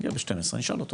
ב-12:00 נשאל אותו.